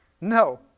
No